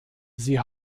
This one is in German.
sie